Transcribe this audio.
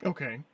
Okay